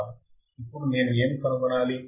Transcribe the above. ఇప్పుడు నేను ఏమి కనుగొనాలి